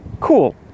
Cool